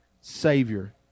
savior